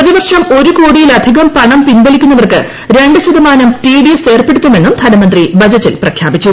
പ്രതിവർഷം ഒരു കോടിയിലധികം പണം പിൻവലിക്കുന്നവർക്ക് രണ്ട് ശതമാനം ടി ഡി എസ് എർപ്പെടുത്തുമെന്നും ധനമന്ത്രി ബജറ്റിൽ പ്രഖ്യാപിച്ചു